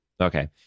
Okay